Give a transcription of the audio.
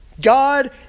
God